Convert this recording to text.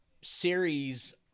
series